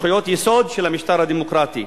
בזכויות יסוד של המשטר הדמוקרטי.